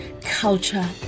culture